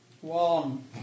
One